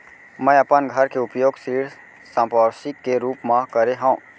मै अपन घर के उपयोग ऋण संपार्श्विक के रूप मा करे हव